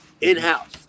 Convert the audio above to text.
in-house